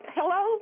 Hello